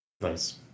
Nice